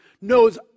knows